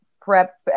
prep